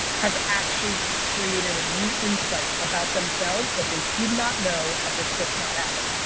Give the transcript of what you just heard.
has actually created a new insight about themselves, that they did not know had this this not happened.